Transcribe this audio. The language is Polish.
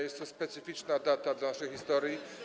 Jest to specyficzna data w naszej historii.